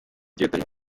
dieudonne